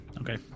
Okay